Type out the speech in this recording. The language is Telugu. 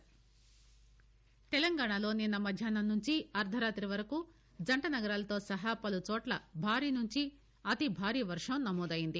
వర్వం తెలంగాణలో నిన్న మధ్యాహ్నం నుంచి అర్దరాతి వరకు జంటనగరాలతో సహా పలు చోట్ల భారీ నుంచి అతిభారీ వర్షం నమోదయ్యింది